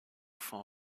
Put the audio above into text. fin